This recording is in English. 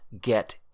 get